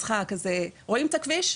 רואים את הכביש,